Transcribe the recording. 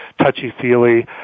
touchy-feely